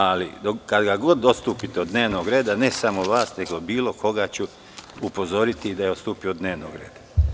Ali, kada god odstupite od dnevnog reda, ne samo vas, nego bilo koga ću upozoriti da je odstupio od dnevnog reda.